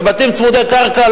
בבתים צמודי קרקע,